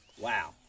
Wow